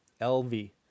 LV